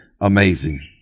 amazing